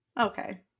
Okay